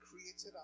created